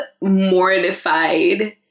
mortified